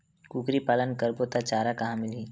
कुकरी पालन करबो त चारा कहां मिलही?